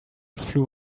flew